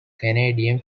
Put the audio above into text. canadian